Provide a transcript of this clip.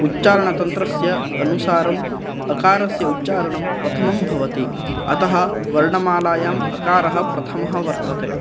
उच्चारणतन्त्रस्य अनुसारम् अकारस्य उच्चारणं प्रथमं भवति अतः वर्णमालायाम् अकारः प्रथमः वर्तते